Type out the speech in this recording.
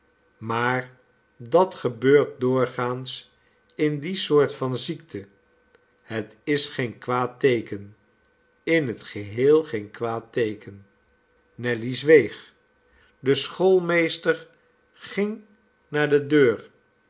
maar dat gebeurt doorgaans in die soort van ziekte het is geen kwaad teeken in het geheel geen kwaad teeken nelly zweeg de schoolmeester ging naar de deur